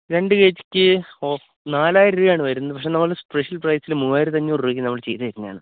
രണ്ട് കേജിക്ക് നാലായിരം രൂപയാണ് വരുന്നത് പക്ഷെ നമ്മൾ സ്പെഷ്യല് പ്രൈസിന് മൂവായിരത്തി അഞ്ഞൂറ് രൂപയ്ക്ക് നമ്മൾ ചെയ്തു തരുന്നതാണ്